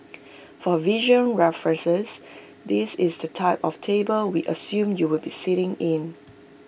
for visual reference this is the type of table we assume you will be sitting in